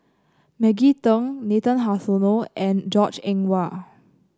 Maggie Teng Nathan Hartono and Goh Eng Wah